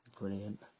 Brilliant